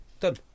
Done